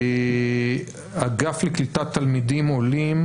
ואגף לקליטת תלמידים עולים,